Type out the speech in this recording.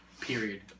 period